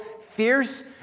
fierce